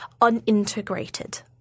unintegrated